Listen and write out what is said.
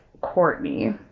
Courtney